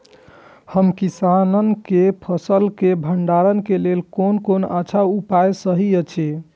हम किसानके फसल के भंडारण के लेल कोन कोन अच्छा उपाय सहि अछि?